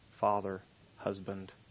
father-husband